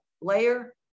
layer